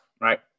right